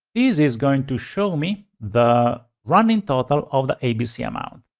is is going to show me the running total of the abc amount.